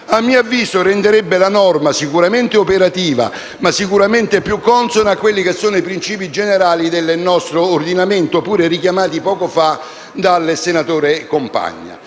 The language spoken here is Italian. a mio avviso renderebbe la norma sicuramente operativa, ma sicuramente più consona a quelli che sono i principi generali del nostro ordinamento, richiamati poco fa dal senatore Compagna.